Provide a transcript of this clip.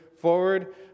forward